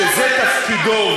שזה תפקידו,